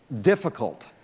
difficult